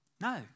No